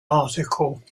article